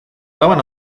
laban